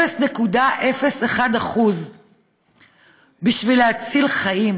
0.01% בשביל להציל חיים.